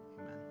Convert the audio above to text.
Amen